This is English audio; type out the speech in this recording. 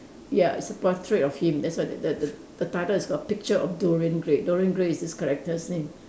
ya it's a portrait of him that's why the the the the title is call picture of Dorian Gray Dorian Gray is this character's name